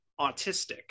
autistic